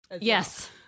Yes